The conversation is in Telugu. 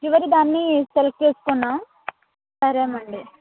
చివరిదాన్ని సెలెక్ట్ చేసుకున్నాం సరే అండి